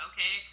Okay